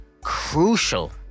crucial